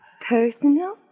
Personal